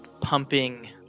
pumping